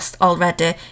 already